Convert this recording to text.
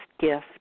gift